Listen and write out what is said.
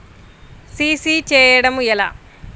CC చేయడము ఎలా?